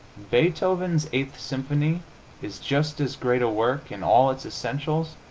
beethoven's eighth symphony is just as great a work, in all its essentials,